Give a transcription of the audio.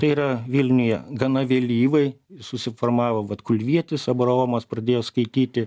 tai yra vilniuje gana vėlyvai susiformavo vat kulvietis abraomas pradėjo skaityti